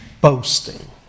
boasting